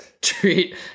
Treat